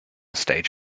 stage